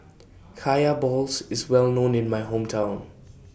Kaya Balls IS Well known in My Hometown